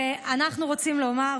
ואנחנו רוצים לומר,